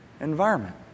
environment